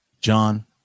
John